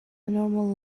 normal